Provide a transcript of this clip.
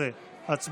16. הצבעה.